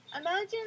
imagine